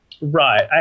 Right